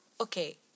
okay